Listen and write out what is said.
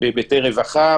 בהיבטי רווחה,